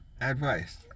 Advice